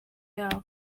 yabo